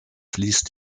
fließt